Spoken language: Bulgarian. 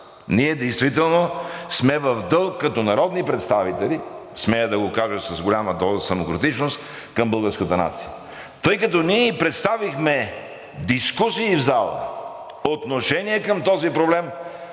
ние действително сме в дълг като народни представители, смея да го кажа с голяма доза самокритичност, към българската нация, тъй като ние ѝ представихме дискусии в зала, отношение към този проблем,